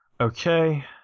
Okay